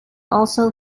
also